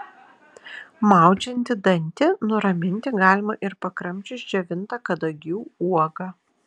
maudžiantį dantį nuraminti galima ir pakramčius džiovintą kadagių uogą